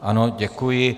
Ano, děkuji.